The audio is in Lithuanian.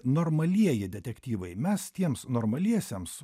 normalieji detektyvai mes tiems normaliesiems